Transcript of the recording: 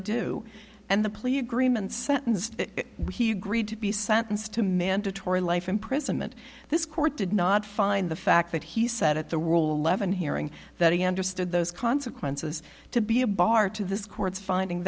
sentence that he agreed to be sentenced to mandatory life imprisonment this court did not find the fact that he said at the rule eleven hearing that he understood those consequences to be a bar to this court's finding